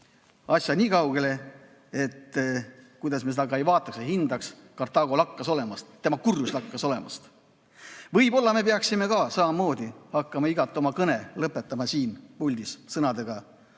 asja niikaugele, et kuidas me seda ka ei vaataks, hindaks, Kartaago lakkas olemast. Tema kurjus lakkas olemast. Võib-olla me peaksime ka samamoodi hakkama iga oma kõnet lõpetama siin puldis sõnadega